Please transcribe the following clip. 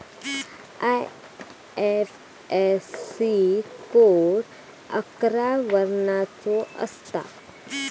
IFSC code अकरा वर्णाचो असता